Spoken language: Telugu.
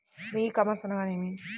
ఈ కామర్స్ అనగానేమి?